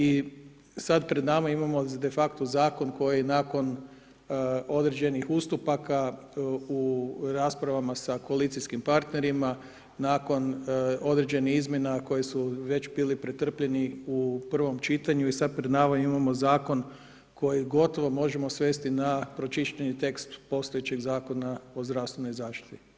I sad pred nama imamo defakto zakon koji nakon određenih ustupaka u raspravama sa koalicijskim partnerima nakon određenih izmjena koji su već bili pretrpljeni u prvom čitanju i sad pred nama imamo zakon koji gotovo možemo svesti na pročišćeni tekst postojećeg Zakona o zdravstvenoj zaštiti.